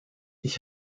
ich